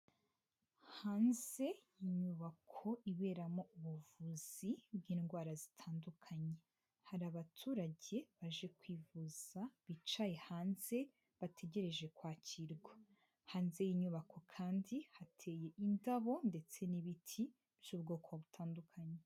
Hanze y'inyubako iberamo ubuvuzi bw'indwara zitandukanye, hari abaturage baje kwivuza bicaye hanze bategereje kwakirwa, hanze y'inyubako kandi hateye indabo ndetse n'ibiti by'ubwoko butandukanye.